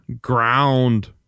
ground